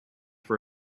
for